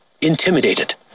intimidated